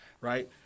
right